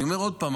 אני אומר עוד פעם,